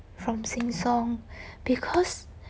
from sheng siong because